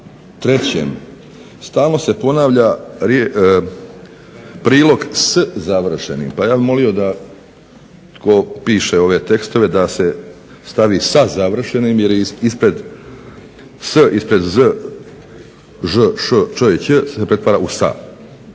i 3.stalno se ponavlja prilog "s završenim". Pa ja bih molio da tko piše ove tekstove da se stavi "sa završenim" jer je s ispred z, ž,š,č,ć se pretvara u sa,